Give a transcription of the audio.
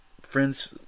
friends